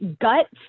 guts